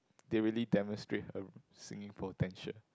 they really demonstrate her singing potential